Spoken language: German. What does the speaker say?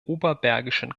oberbergischen